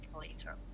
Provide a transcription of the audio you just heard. later